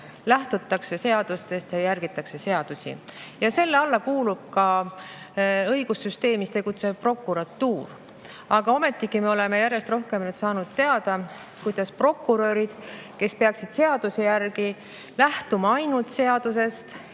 vastavalt seadustele ja järgitakse seadusi. Selle alla kuulub ka õigussüsteemis tegutsev prokuratuur. Aga ometigi oleme me järjest rohkem saanud teada, kuidas prokurörid, kes peaksid seaduse järgi lähtuma ainult seadusest